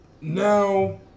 now